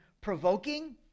provoking